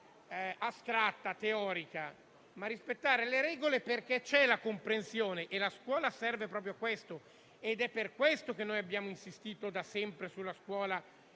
astratta, teorica, ma perché c'è la comprensione. La scuola serve proprio a questo ed è per questo che noi abbiamo insistito da sempre sulla scuola